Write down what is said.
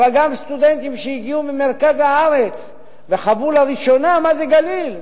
אבל גם סטודנטים שהגיעו ממרכז הארץ וחוו לראשונה מה זה גליל.